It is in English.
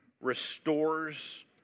restores